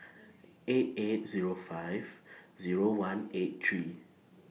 eight eight Zero five Zero one eight three